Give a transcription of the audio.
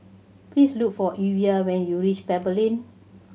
please look for Evia when you reach Pebble Lane